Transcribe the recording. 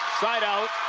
side out,